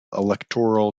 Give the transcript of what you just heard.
electoral